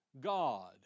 God